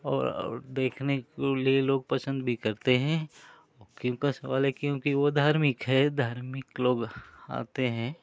और और देखने लिए लोग पसन्द भी करते हैं क्यों का सवाल है क्योंकि वह धार्मिक है धार्मिक लोग आते हैं